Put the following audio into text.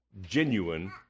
genuine